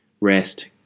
rest